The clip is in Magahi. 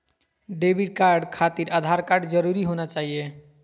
डेबिट कार्ड खातिर आधार कार्ड जरूरी होना चाहिए?